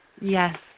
Yes